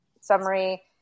summary